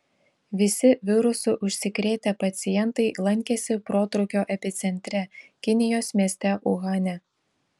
visi virusu užsikrėtę pacientai lankėsi protrūkio epicentre kinijos mieste uhane